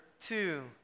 two